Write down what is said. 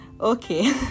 okay